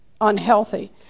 unhealthy